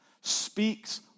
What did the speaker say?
speaks